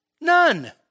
None